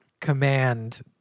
command